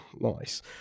Nice